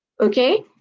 okay